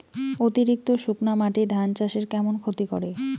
অতিরিক্ত শুকনা মাটি ধান চাষের কেমন ক্ষতি করে?